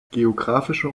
geographischer